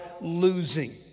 losing